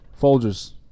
Folgers